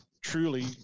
truly